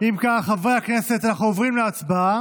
אם כך, חברי הכנסת, אנחנו עוברים להצבעה,